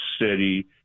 city